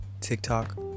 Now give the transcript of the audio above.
TikTok